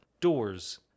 doors